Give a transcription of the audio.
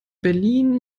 berlin